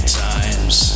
times